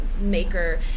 maker